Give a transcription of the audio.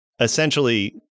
essentially